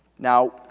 Now